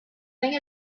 thing